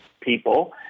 people